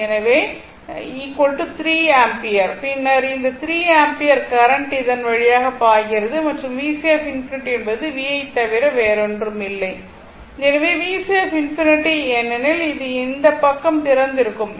எனவே 3 ஆம்பியர் பின்னர் இந்த 3 ஆம்பியர் கரண்ட் இதன் வழியாக பாய்கிறது மற்றும் VC∞ என்பது V யைத் தவிர வேறு ஒன்றும் எனவே VC∞ ஏனெனில் இது இந்த பக்கம் திறந்திருக்கும்